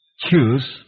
choose